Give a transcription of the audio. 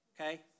Okay